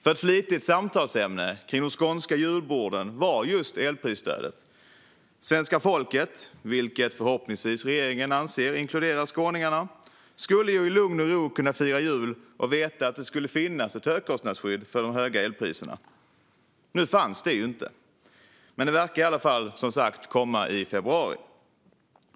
Ett vanligt samtalsämne runt de skånska julborden var just elprisstödet. Svenska folket, vilket regeringen förhoppningsvis anser inkluderar skåningarna, skulle i lugn och ro kunna fira jul i vetskap om att det skulle finnas ett högkostnadsskydd för de höga elpriserna. Men det fanns inte. Nu verkar det dock som sagt komma i februari.